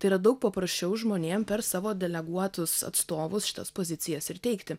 tai yra daug paprasčiau žmonėm per savo deleguotus atstovus šitas pozicijas ir teikti